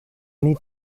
need